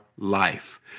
life